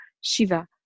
Shiva